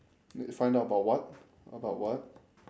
you find out about what about what